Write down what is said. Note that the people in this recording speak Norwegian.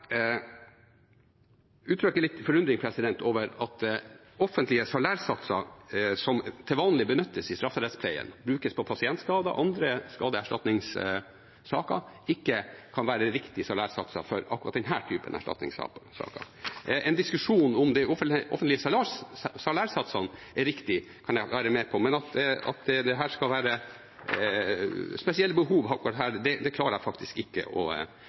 litt forundring over at offentlige salærsatser, som til vanlig benyttes i strafferettspleien, som brukes i forbindelse med pasientskader og andre skadeerstatningssaker, ikke kan være riktig salærsats for akkurat denne typen erstatningssaker. En diskusjon om de offentlige salærsatsene er riktige, kan jeg være med på. Men at det skal være spesielle behov knyttet til dette, klarer jeg faktisk ikke å